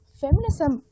feminism